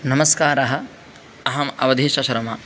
नमस्कारः अहम् अवधीश शर्मा